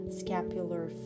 scapular